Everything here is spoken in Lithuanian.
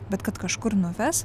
bet kad kažkur nuves